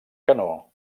canó